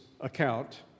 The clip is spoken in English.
account